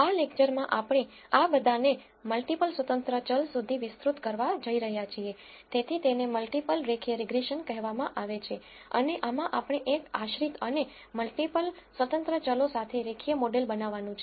આ લેકચરમાં આપણે આ બધાને મલ્ટીપલ સ્વતંત્ર ચલ સુધી વિસ્તૃત કરવા જઈ રહ્યા છીએ તેથી તેને મલ્ટીપલ રેખીય રીગ્રેસન કહેવામાં આવે છે અને આમાં આપણે એક આશ્રિત અને મલ્ટીપલ સ્વતંત્ર ચલો સાથે રેખીય મોડેલ બનાવવાનું છે